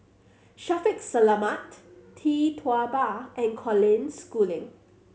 Shaffiq Selamat Tee Tua Ba and Colin Schooling